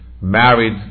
married